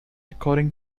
according